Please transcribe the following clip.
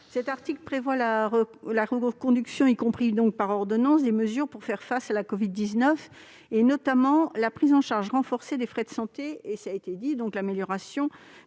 Cet article prévoit la reconduction, y compris par ordonnances, des mesures visant à faire face à la covid-19, notamment la prise en charge renforcée des frais de santé, l'amélioration